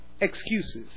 Excuses